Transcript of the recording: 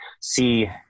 see